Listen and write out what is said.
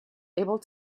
able